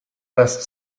best